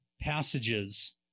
passages